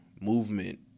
movement